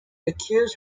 accuse